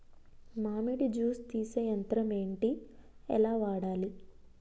మామిడి జూస్ తీసే యంత్రం ఏంటి? ఎలా వాడాలి?